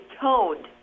toned